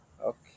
Okay